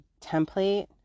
template